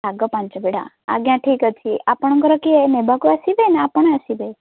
ଶାଗ ପାଞ୍ଚ ବିଡ଼ା ଆଜ୍ଞା ଠିକ୍ ଅଛି ଆପଣଙ୍କର କିଏ ନେବାକୁ ଆସିବେ ନା ଆପଣ ଆସିବେ